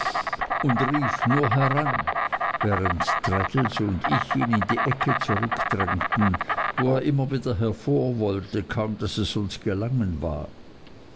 und rief nur heran während traddles und ich ihn in die ecke zurückdrängten wo er immer wieder hervor wollte kaum daß es uns gelungen war